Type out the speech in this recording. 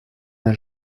n’a